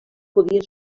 podien